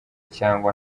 cyangwa